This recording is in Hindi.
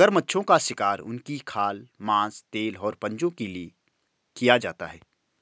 मगरमच्छों का शिकार उनकी खाल, मांस, तेल और पंजों के लिए किया जाता है